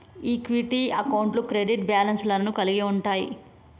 equity అకౌంట్లు credit balance లను కలిగి ఉంటయ్